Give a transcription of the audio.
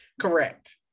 correct